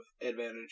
advantage